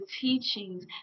teachings